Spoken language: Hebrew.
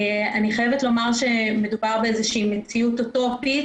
אני חייבת לומר שמדובר במציאות אוטופית